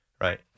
Right